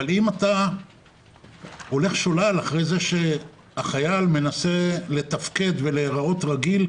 אבל אם אתה הולך שולל אחרי זה שהחייל מנסה לתפקד ולהיראות רגיל,